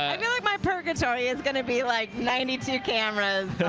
i feel like my purgatory is going to be like ninety two cameras.